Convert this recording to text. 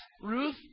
Ruth